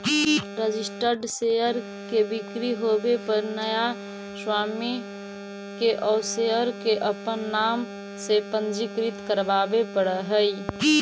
registered share के बिक्री होवे पर नया स्वामी के उ शेयर के अपन नाम से पंजीकृत करवावे पड़ऽ हइ